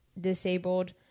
disabled